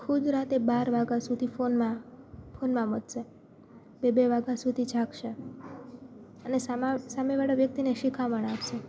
ખુદ રાતે બાર વાગા સુધી ફોનમાં ફોનમાં મથશે બે બે વાગ્યા સુધી જાગશે અને સામા સામેવાળા વ્યક્તિને શિખામણ આપશે